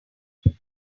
maybe